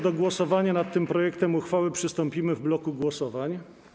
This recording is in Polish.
Do głosowania nad tym projektem uchwały przystąpimy w bloku głosowań.